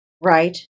Right